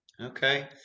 okay